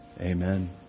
Amen